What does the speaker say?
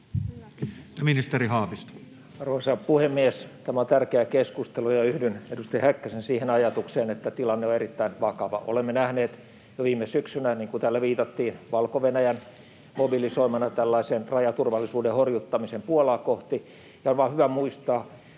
ministeri Haavisto. Arvoisa puhemies! Tämä on tärkeä keskustelu, ja yhdyn edustaja Häkkäsen siihen ajatukseen, että tilanne on erittäin vakava. Olemme nähneet jo viime syksynä, niin kuin täällä viitattiin, Valko-Venäjän mobilisoimana tällaisen rajaturvallisuuden horjuttamisen Puolaa kohti, ja on vain hyvä muistaa